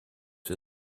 für